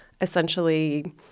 essentially